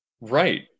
right